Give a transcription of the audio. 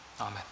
amen